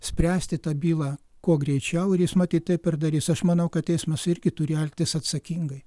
spręsti tą bylą kuo greičiau ir jis matyt taip ir darys aš manau kad teismas irgi turi elgtis atsakingai